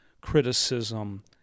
criticism